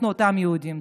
אנחנו אותם יהודים.